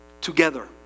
together